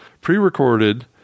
pre-recorded